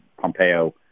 Pompeo